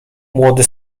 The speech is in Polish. młody